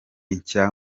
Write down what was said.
nshya